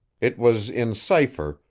it was in cipher,